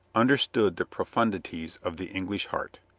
understood the profundities of the english heart.